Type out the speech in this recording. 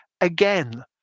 again